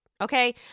Okay